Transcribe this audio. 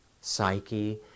psyche